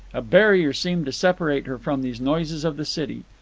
a barrier seemed to separate her from these noises of the city.